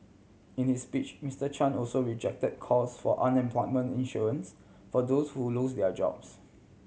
in his speech Mister Chan also rejected calls for unemployment insurance for those who lose their jobs